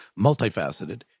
multifaceted